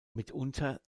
mitunter